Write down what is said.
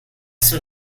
some